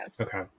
Okay